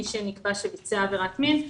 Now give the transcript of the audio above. מי שנתפס וביצע עבירת מין,